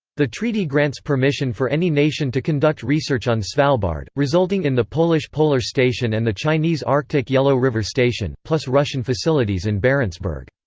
the treaty grants permission for any nation to conduct research on svalbard, resulting in the polish polar station and the chinese arctic yellow river station, plus russian facilities in barentsburg.